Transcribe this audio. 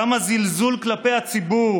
כמה זלזול כלפי הציבור,